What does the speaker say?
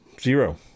Zero